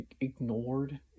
ignored